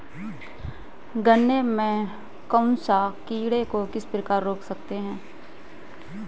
गन्ने में कंसुआ कीटों को किस प्रकार रोक सकते हैं?